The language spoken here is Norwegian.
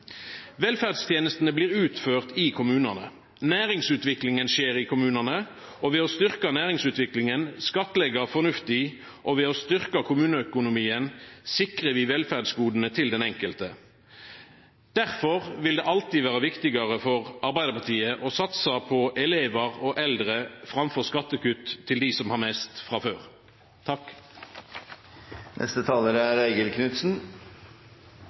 Velferdstenestene blir utførde i kommunane. Næringsutviklinga skjer i kommunane, og ved å styrkja næringsutviklinga, skattleggja fornuftig og styrkja kommuneøkonomien sikrar vi velferdsgoda til den enkelte. Difor vil det alltid vera viktigare for Arbeidarpartiet å satsa på elevar og eldre framfor skattekutt til dei som har mest frå før. Trontalen inneholdt mange generelle vendinger om velferd og verdiskaping, og mange av punktene er